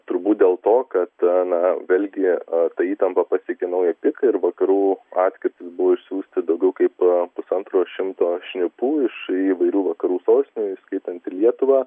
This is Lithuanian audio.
turbūt dėl to kad na vėlgi ta įtampa pasiekė naują piką ir vakarų atkirtis buvo išsiųsti daugiau kaip pusantro šimto šnipų iš įvairių vakarų sostinių įskaitant ir lietuvą